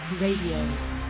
Radio